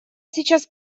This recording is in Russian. сейчас